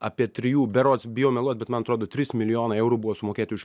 apie trijų berods bijau meluot bet man atrodo trys milijonai eurų buvo sumokėti už